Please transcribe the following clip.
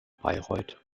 bayreuth